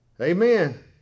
Amen